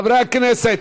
חברי הכנסת,